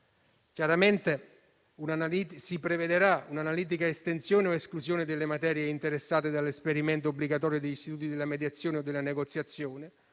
Chiaramente si prevedrà un'analitica estensione o esclusione delle materie interessate dall'esperimento obbligatorio degli istituti della mediazione e della negoziazione,